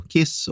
Kiss